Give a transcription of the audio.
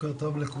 בוקר טוב לכולם.